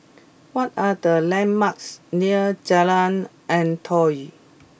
what are the landmarks near Jalan Antoi